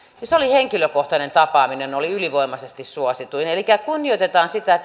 niin henkilökohtainen tapaaminen oli ylivoimaisesti suosituin elikkä kunnioitetaan sitä